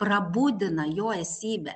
prabudina jo esybę